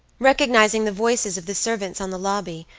recognizing the voices of the servants on the lobby,